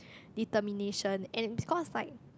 determination and in scores like